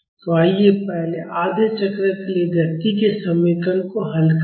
तो आइए पहले आधे चक्र के लिए गति के समीकरण को हल करें